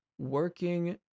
working